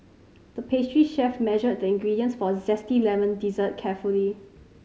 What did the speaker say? the pastry chef measured the ingredients for a zesty lemon dessert carefully